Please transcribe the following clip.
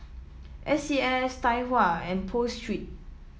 S C S Tai Hua and Pho Street